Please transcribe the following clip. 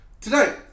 tonight